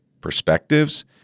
perspectives